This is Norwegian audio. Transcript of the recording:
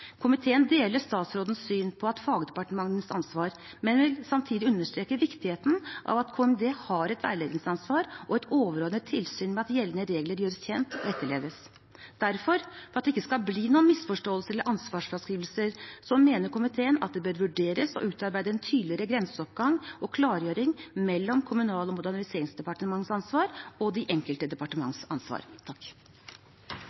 Komiteen deler statsrådens syn på fagdepartementenes ansvar, men vil samtidig understreke viktigheten av at KMD har et veiledningsansvar og et overordnet tilsyn med at gjeldende regler gjøres kjent og etterleves. Derfor, for at det ikke skal bli noen misforståelser eller ansvarsfraskrivelser, mener komiteen at det bør vurderes å utarbeide en tydeligere grenseoppgang og klargjøring mellom Kommunal- og moderniseringsdepartementets ansvar og de enkelte